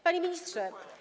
Panie Ministrze!